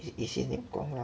is he name 光亮